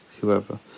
whoever